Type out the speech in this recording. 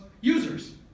Users